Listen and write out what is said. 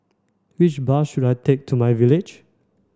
which bus should I take to my Village